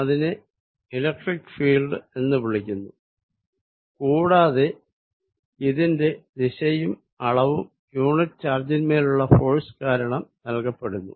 അതിനെ നാം വൈദ്യുത ഫീൽഡ് എന്ന് വിളിക്കുന്നു കൂടാതെ ഇതിന്റെ ദിശയും അളവും യൂണിറ്റ് ചാർജിൻമേലുള്ള ഫോഴ്സ് കാരണം നൽകപ്പെടുന്നു